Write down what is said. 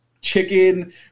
chicken